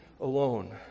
alone